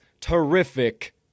terrific